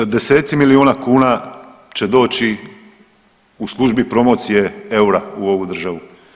Deseci milijuna kuna će doći u službi promocije eura u ovu državu.